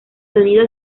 sonido